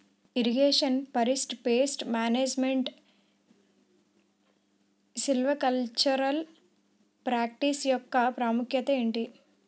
integration forest pest management silvicultural practice యెక్క ప్రాముఖ్యత ఏంటి